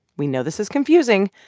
we know this is confusing,